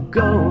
go